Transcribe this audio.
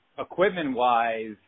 Equipment-wise